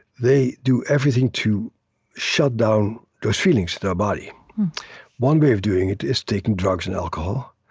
they do everything to shut down those feelings to their body one way of doing it is taking drugs and alcohol,